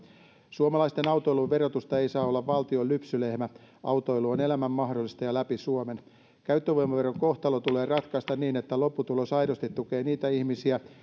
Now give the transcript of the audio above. suomalaisten autoilun verotus ei saa olla valtion lypsylehmä autoilu on elämän mahdollistaja läpi suomen käyttövoimaveron kohtalo tulee ratkaista niin että lopputulos aidosti tukee niitä ihmisiä